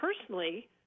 personally